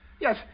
Yes